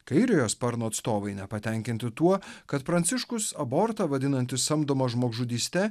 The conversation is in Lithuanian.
kairiojo sparno atstovai nepatenkinti tuo kad pranciškus abortą vadinantį samdoma žmogžudyste